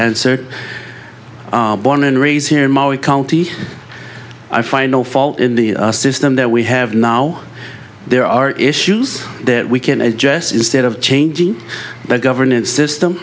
answered born and raised here in mali county i find no fault in the system that we have now there are issues that we can adjust instead of changing the governance system